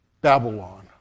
Babylon